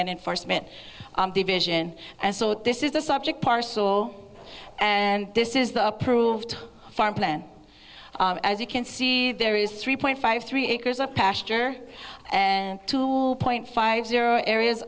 enforcement division and so this is the subject parcel and this is the approved farm plan as you can see there is three point five three acres a pasture and two point five zero areas